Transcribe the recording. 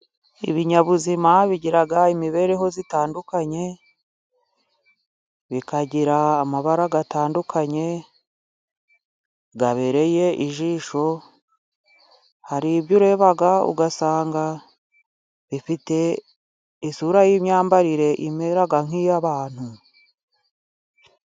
Ibinyabuzima bigira imibereho itandukanye, bikagira amabara atandukanye abereye ijisho, hari ibyo ureba ugasanga bifite isura y'imyambarire imera nk'iy'abantu.